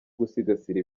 gusigasira